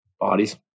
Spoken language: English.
bodies